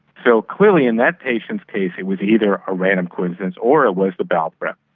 so clearly in that patient's case it was either a random coincidence or it was the bowel prep.